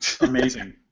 Amazing